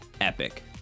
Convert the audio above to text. epic